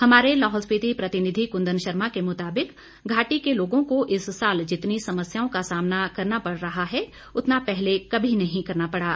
हमारे लाहौल स्पीति प्रतिनिधि कुंदन शर्मा के मुताबिक घाटी के लोगों को इस साल जितनी समस्याओं का सामना करना पड़ रहा है उतना पहले कभी नहीं करना पड़ा